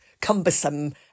cumbersome